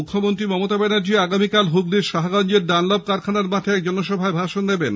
মুখ্যমন্ত্রী মমতা ব্যানার্জী আগামীকাল হুগলীর সাহাগঞ্জের ডানলপ কারখানার মাঠে এক জনসভায় ভাষণ দেবেন